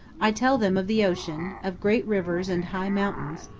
i tell them of the ocean, of great rivers and high mountains,